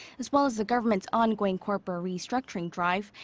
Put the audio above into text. as well as the government's ongoing corporate restructuring drive.